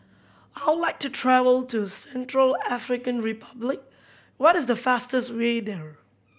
I would like to travel to Central African Republic what is the fastest way there